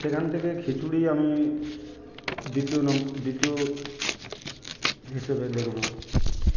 সেখান থেকে খিচুড়ি আমি দ্বিতীয় নম্বর দ্বিতীয় হিসেবে দেখবো